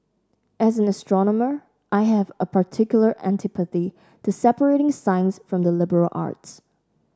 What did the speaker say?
as an astronomer I have a particular antipathy to separating science from the liberal arts